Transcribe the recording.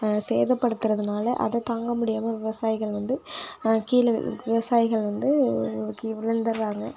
சேதப்படுத்தறதினால அதை தாங்க முடியாமல் விவசாயிகள் வந்து கீழே விவசாயிகள் வந்து கீழே விழுந்தர்றாங்க